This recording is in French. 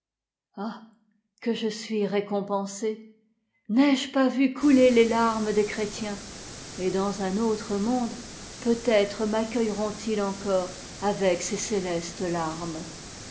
ah que je suis récompensé n'ai-je pas vu coûter les larmes des chrétiens et dans un autre monde peut-être maccueilleront ils encore avec ces céfestes farmes